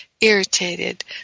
irritated